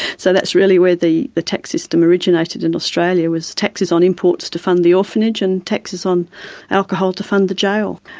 so that's really where the the tax system originated in australia, was taxes on imports to fund the orphanage and taxes on alcohol to fund the jail.